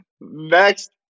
Next